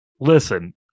listen